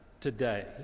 today